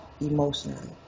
emotionally